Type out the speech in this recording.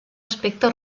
aspecte